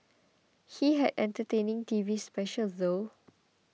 he had entertaining TV specials though